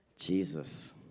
Jesus